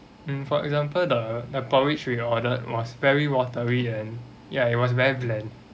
hmm for example the the porridge we ordered was very watery and ya it was very bland